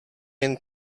jen